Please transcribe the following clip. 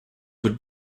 would